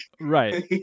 Right